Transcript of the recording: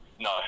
No